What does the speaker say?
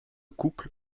couple